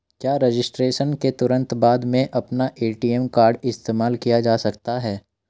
क्या रजिस्ट्रेशन के तुरंत बाद में अपना ए.टी.एम कार्ड इस्तेमाल किया जा सकता है?